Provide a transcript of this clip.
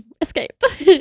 escaped